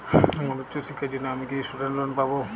আমার উচ্চ শিক্ষার জন্য আমি কি স্টুডেন্ট লোন পাবো